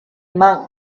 monk